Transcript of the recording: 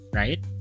right